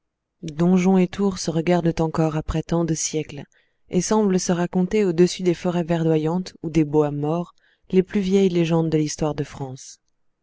donjon et tour se regardent encore après tant de siècles et semblant se raconter au-dessus des forêts verdoyantes ou des bois morts les plus vieilles légendes de l'histoire de france